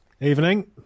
Evening